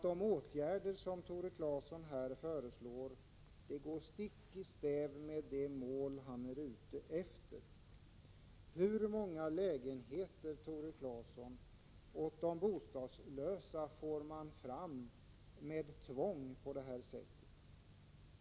De åtgärder som han föreslår går därför stick i stäv med de mål som han vill uppnå. Hur många lägenheter, Tore Claeson, får man fram åt de bostadslösa genom detta slags tvång?